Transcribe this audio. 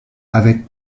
avec